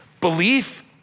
Belief